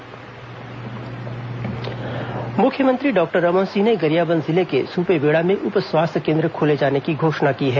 मुख्यमंत्री सुपेबेड़ा मुख्यमंत्री डॉक्टर रमन सिंह ने गरियाबंद जिले के सुपेबेड़ा में उप स्वास्थ्य केन्द्र खोले जाने की घोषणा की है